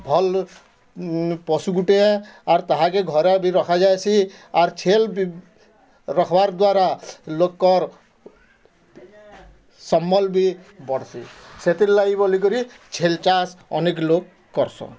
ଭଲ୍ ପଶୁ ଗୁଟେ ଆର୍ ତାହାକେ ଘରେ ବି ରଖା ଯାଏସି ଆର୍ ଛେଲ୍ ବି ରଖବାର୍ ଦ୍ଵାରା ଲୋକ୍ ର ସମଲ୍ ବି ବଢ଼ସି ସେଥିର୍ ଲାଗି ବୋଲି କରି ଛେଲ୍ ଚାଷ ଅନେକ୍ ଲୋକ୍ କରସନ୍